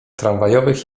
tramwajowych